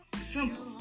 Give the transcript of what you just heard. Simple